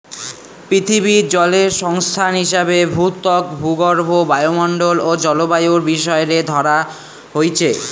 পিথীবিত জলের সংস্থান হিসাবে ভূত্বক, ভূগর্ভ, বায়ুমণ্ডল ও জলবায়ুর বিষয় রে ধরা হইচে